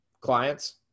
clients